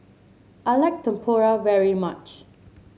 I like Tempura very much